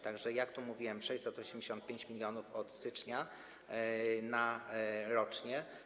Tak że, jak tu mówiłem, 685 mln od stycznia rocznie.